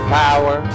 power